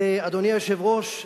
אדוני היושב-ראש,